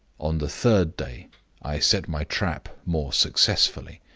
on the third day i set my trap more successfully,